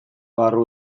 barru